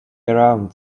around